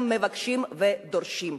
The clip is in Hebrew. מבקשים ודורשים.